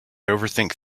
overthink